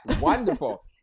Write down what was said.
wonderful